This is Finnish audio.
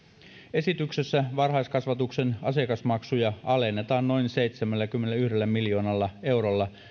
esityksessä varhaiskasvatuksen asiakasmaksuja alennetaan noin seitsemälläkymmenelläyhdellä miljoonalla eurolla